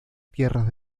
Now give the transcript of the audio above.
tierras